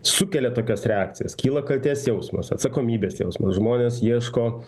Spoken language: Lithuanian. sukelia tokias reakcijas kyla kaltės jausmas atsakomybės jausmas žmonės ieško